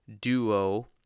duo